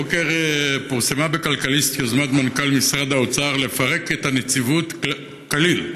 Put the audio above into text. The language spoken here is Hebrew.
הבוקר פורסמה בכלכליסט יוזמת מנכ"ל משרד האוצר לפרק את הנציבות כליל,